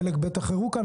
חלק בטח הראו כאן,